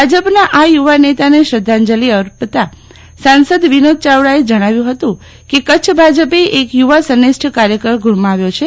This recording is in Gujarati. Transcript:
ભાજપના આ યુવા નેતાને શ્રદ્ધાંજલિ અર્પતા સંસદ વિનોદ યાવડાએ જણાવ્યું હતું કે કચ્છ ભાજપે એક યુવા સંનિષ્ઠ કાર્યકર ગુમાવ્યો છે